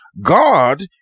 God